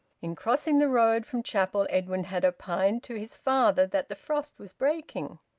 in crossing the road from chapel edwin had opined to his father that the frost was breaking.